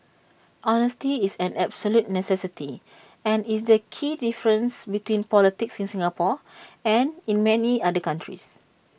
honesty is an absolute necessity and is the key difference between politics in Singapore and in many other countries